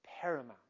paramount